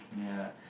ya